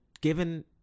given